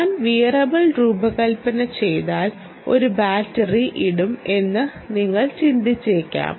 ഞാൻ വിയറബിൾ രൂപകൽപ്പന ചെയ്താൽ ഒരു ബാറ്ററി ഇടും എന്ന് നിങ്ങൾ ചിന്തിച്ചേക്കാം